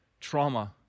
trauma